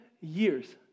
years